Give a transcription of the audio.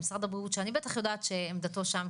למשרד הבריאות - שאני בטח יודעת את עמדתו שם,